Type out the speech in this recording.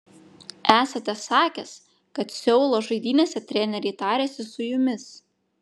esate sakęs kad seulo žaidynėse treneriai tarėsi su jumis